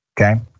okay